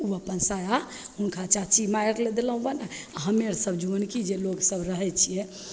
ओ अप्पन साया हुनका चाची माइ आरके देलहुँ बना आओर हमे आरसभ जुअनकी जे लोकसभ रहै छिए